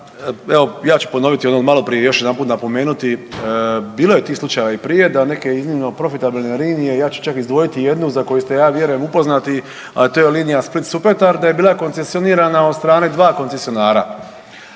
evo ja ću ponoviti ono od maloprije i još jedanput napomenuti, bilo je tih slučajeva i prije da neke iznimno profitabilne linije ja ću čak izdvojiti jednu za koju ste ja vjerujem upoznati, a to je linija Split – Supetar, da je bila koncesionirana od strane 2 koncesionara.